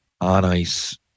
on-ice